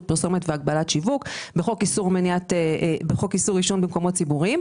פרסומת והגבלת שיווק ובחוק איסור עישון במקומות ציבוריים.